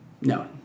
No